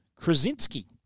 Krasinski